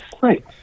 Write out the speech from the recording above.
Right